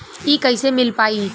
इ कईसे मिल पाई?